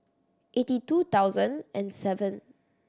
eighty two thousand and seven